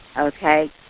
Okay